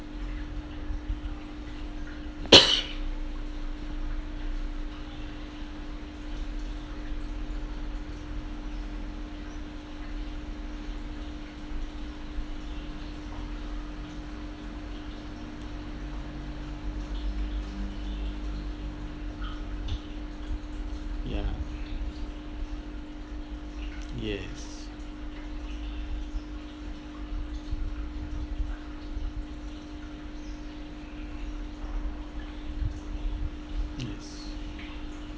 ya yes yes